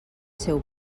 seu